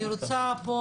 אני רוצה פה